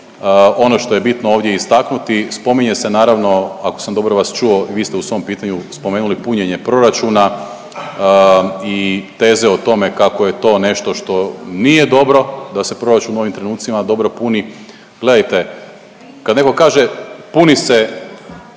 Ono što je bitno ovdje istaknuti spominje se naravno ako sam dobro vas čuo, vi ste u svom pitanju spomenuli punjenje proračuna i teze o tome kako je to nešto što nije dobro da se proračun u ovim trenucima dobro puni. Gledajte kad netko kaže puni se